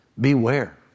Beware